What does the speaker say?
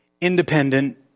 independent